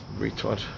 Retard